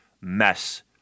mess